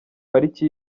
pariki